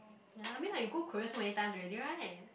ya I mean like you go Korea so many times already right